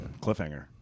Cliffhanger